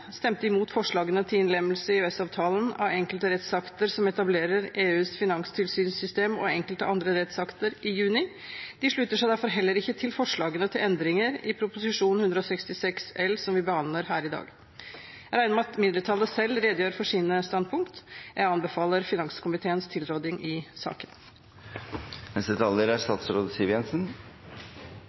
stemte imot forslagene til innlemmelse i EØS-avtalen av enkelte rettsakter som etablerer EUs finanstilsynssystem og enkelte andre rettsakter i juni. De slutter seg derfor heller ikke til forslagene til endringer i Prop. 166 L, som vi behandler her i dag. Jeg regner med at mindretallet selv redegjør for sine standpunkt. Jeg anbefaler finanskomiteens tilråding i saken.